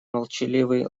молчаливый